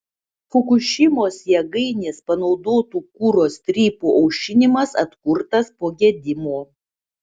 fukušimos jėgainės panaudotų kuro strypų aušinimas atkurtas po gedimo